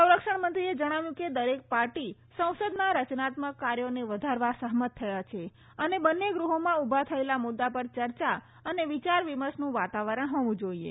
સંરક્ષણ મંત્રીએ જણાવ્યું કે દરેક પાર્ટી સંસદના રચનાત્મક કાર્યોને વધારવા સહમત થયા છે અને બંને ગ્રહોમાં ઉભા થયેલા મૂદ્દા પર ચર્ચા અને વિચાર વિમર્શનું વાતાવરણ હોવું જોઈએ